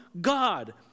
God